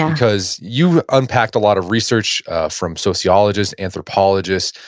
because you've unpacked a lot of research from sociologists, anthropologists,